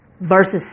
verses